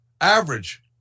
average